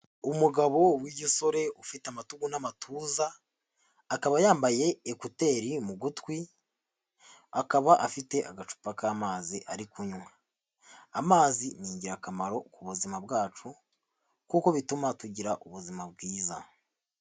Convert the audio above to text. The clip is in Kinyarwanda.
Umugabo w'igisore ufite amatugu n'amatuza, akaba yambaye ekuteri mu gutwi, akaba afite agacupa k'amazi ari kunywa, amazi ni ingirakamaro ku buzima bwacu, kuko bituma tugira ubuzima bwiza.